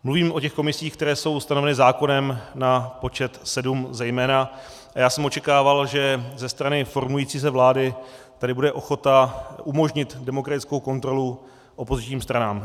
Mluvím o těch komisích, které jsou ustanoveny zákonem na počet sedm zejména, a já jsem očekával, že ze strany formující se vlády tady bude ochota umožnit demokratickou kontrolu opozičním stranám.